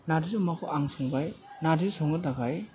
नार्जि अमाखौ आं संबाय नार्जि संनो थाखाय